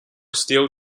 steel